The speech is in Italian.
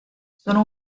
sono